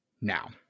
now